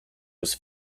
was